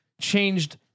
changed